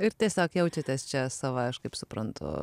ir tiesiog jaučiatės čia sava aš kaip suprantu